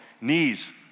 knees